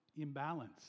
imbalance